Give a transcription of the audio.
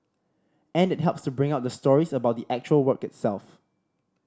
and it helps to bring out the stories about the actual work itself